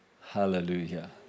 Hallelujah